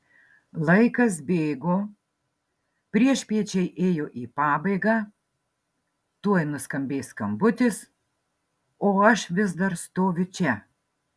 laikas bėgo priešpiečiai ėjo į pabaigą tuoj nuskambės skambutis o aš vis dar stoviu čia